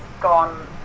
gone